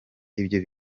ibyo